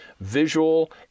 visual